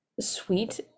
sweet